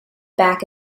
back